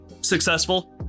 successful